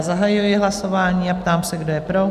Zahajuji hlasování a ptám se, kdo je pro?